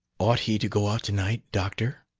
ought he to go out to-night, doctor?